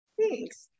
thanks